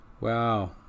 Wow